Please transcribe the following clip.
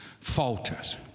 falters